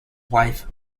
wife